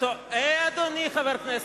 אי-אפשר.